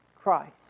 Christ